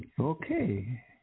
Okay